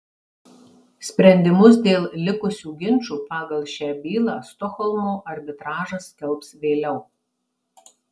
sprendimus dėl likusių ginčų pagal šią bylą stokholmo arbitražas skelbs vėliau